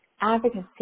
advocacy